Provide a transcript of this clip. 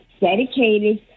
dedicated